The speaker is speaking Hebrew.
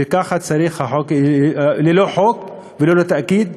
וככה, ללא חוק וללא תאגיד,